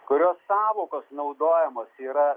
kurio sąvokos naudojamos yra